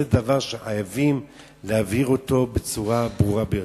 זה דבר שחייבים להבהיר אותו בצורה ברורה ביותר.